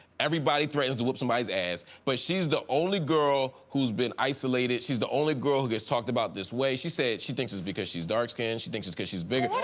everybody threatens to whip somebody's ass, but she's the only girl who's been isolated, she's the only girl who gets talked about this way. she said she thinks it's because she's dark skinned, she thinks it's cause she's bigger.